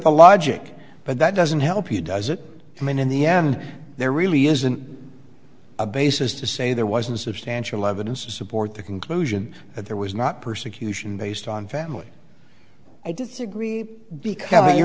the logic but that doesn't help you does it i mean in the end there really isn't a basis to say there wasn't substantial evidence to support the conclusion that there was not persecution based on family i disagree because if you're